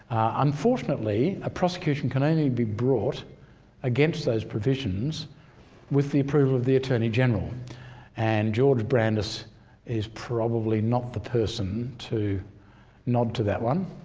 unfortunately a prosecution can only be brought against those provisions with the approval of the attorney general and george brandis is not the person to nod to that one.